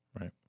right